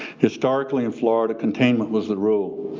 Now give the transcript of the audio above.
historically, in florida, containment was the rule.